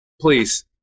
Please